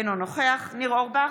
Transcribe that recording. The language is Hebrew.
אינו נוכח ניר אורבך,